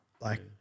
Like-